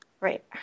Right